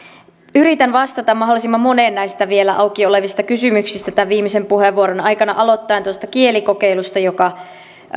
yritän vastata mahdollisimman moneen näistä vielä auki olevista kysymyksistä tämän viimeisen puheenvuoron aikana aloittaen tuosta kielikokeilusta joka